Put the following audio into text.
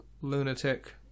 lunatic